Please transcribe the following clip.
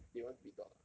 they want to be dog ah